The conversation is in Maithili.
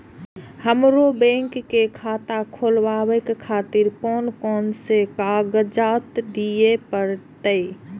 हमरो बैंक के खाता खोलाबे खातिर कोन कोन कागजात दीये परतें?